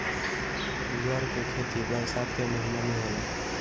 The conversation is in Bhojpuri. तूअर के खेती बरसात के महिना में होला